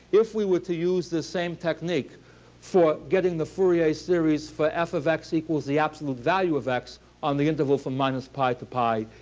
if we were to use this same technique for getting the fourier series for f of x equals the absolute value of x on the interval from minus pi to pi,